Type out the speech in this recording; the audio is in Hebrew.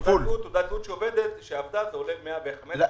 לגבי תעודת זהות שאובדת זה עולה 115 שקלים.